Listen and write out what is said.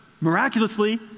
miraculously